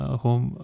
home